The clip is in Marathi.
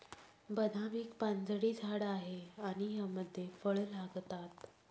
बदाम एक पानझडी झाड आहे आणि यामध्ये फळ लागतात